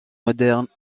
modern